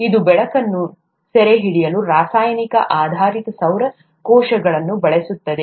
ಇದು ಬೆಳಕನ್ನು ಸೆರೆಹಿಡಿಯಲು ರಾಸಾಯನಿಕ ಆಧಾರಿತ ಸೌರ ಕೋಶಗಳನ್ನು ಬಳಸುತ್ತದೆ